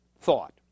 thought